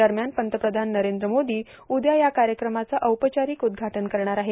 दरम्यान पंतप्रधान नरेंद्र मोदी उद्या या कार्यक्रमाचं औपचारिक उद्घाटन करणार आहेत